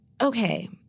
Okay